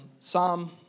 Psalm